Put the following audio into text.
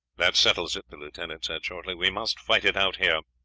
that settles it, the lieutenant said shortly we must fight it out here.